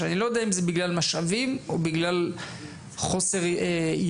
אני לא יודע אם זה בגלל משאבים או בגלל חוסר ידיעה,